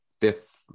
fifth